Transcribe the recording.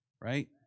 right